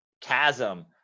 chasm